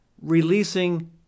releasing